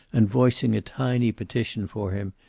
and voicing a tiny petition for him,